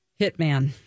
hitman